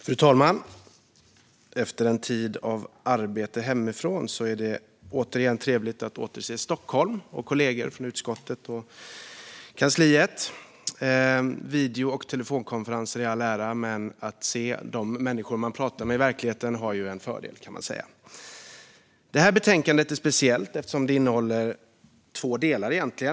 Fru talman! Efter en tid av arbete hemifrån är det trevligt för mig att återse Stockholm och kollegor från utskottet och kansliet. Video och telefonkonferenser i all ära, men att se de människor som man talar med i verkligheten har en fördel. Detta betänkande är speciellt eftersom det egentligen innehåller två delar.